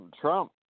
Trump